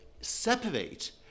separate